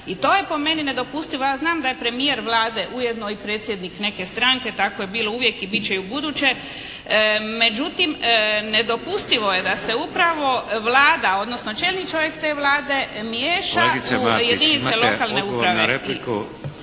i to je po meni nedopustivo. Ja znam da je premijer Vlade ujedno i predsjednik neke stranke. Tako je bilo uvijek i bit će i u buduće. Međutim, nedopustivo je da se upravo Vlada, odnosno čelni čelnik te Vlade miješa u jedinice lokalne uprave…